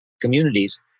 communities